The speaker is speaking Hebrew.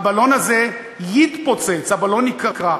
הבלון הזה יתפוצץ, הבלון ייקרע.